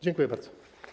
Dziękuję bardzo.